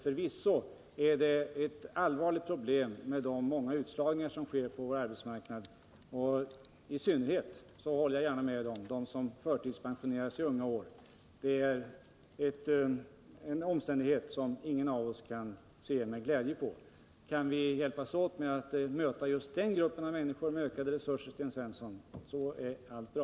Förvisso är det ett allvarligt problem med de många utslagningar som sker på vår arbetsmarknad, och jag håller gärna med om att i synnerhet det faktum att människor förtidspensioneras i unga år är en omständighet som ingen av oss kan se på med glädje. Kan vi hjälpas åt för att möta just den gruppen av människor med ökade resurser, Sten Svensson, så är det bra.